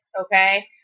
okay